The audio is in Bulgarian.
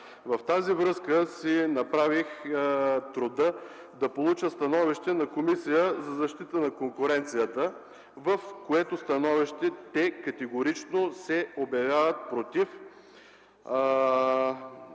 В тази връзка си направих труда да получа становище от Комисията за защита на конкуренцията. В това становище те категорично се обявяват против